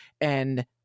And-